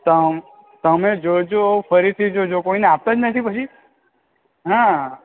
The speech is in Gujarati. તો તમે જોજો ફરીથી જોજો કોઈને આપતા જ નથી પછી હ